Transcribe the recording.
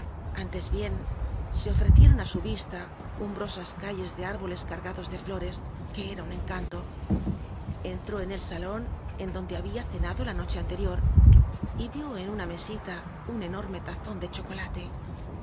ánles bien se ofrecieron á su vista umbrosas calles de árboles cargados de flores que era un encanto entró en el salon en donde habia cenado la noche a nlerior y vió en una mese ci ta enorme lazon de chocolate